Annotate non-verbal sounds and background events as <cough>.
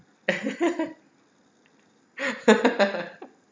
<laughs>